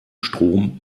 strom